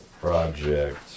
project